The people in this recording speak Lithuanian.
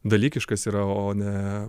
dalykiškas yra o ne